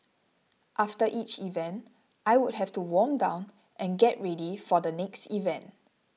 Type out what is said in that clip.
after each event I would have to warm down and get ready for the next event